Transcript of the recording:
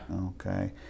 Okay